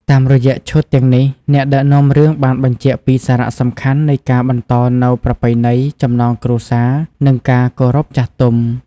តាមរយៈឈុតទាំងនេះ អ្នកដឹកនាំរឿងបានបញ្ជាក់ពីសារៈសំខាន់នៃការបន្តនូវប្រពៃណី ចំណងគ្រួសារ និងការគោរពចាស់ទុំ។